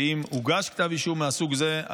שאם הוגש כתב אישום מהסוג הזה,